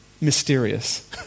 mysterious